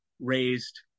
raised